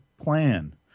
plan